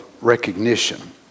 recognition